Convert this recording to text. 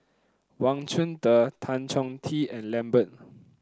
Wang Chunde Tan Chong Tee and Lambert